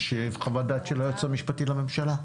יש חוות דעת של היועץ המשפטי לממשלה.